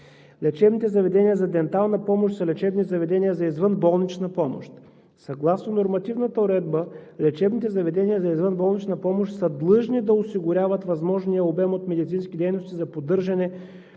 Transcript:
Лечебните заведения за дентална помощ са лечебни заведения за извънболнична помощ. Съгласно нормативната уредба лечебните заведения за извънболнична помощ са длъжни да осигуряват възможния обем от медицински дейности за поддържане